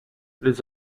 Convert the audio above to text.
les